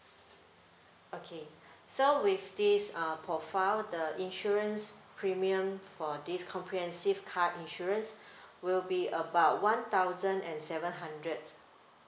okay so with this um profile the insurance premium for this comprehensive car insurance will be about one thousand and seven hundred